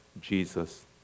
Jesus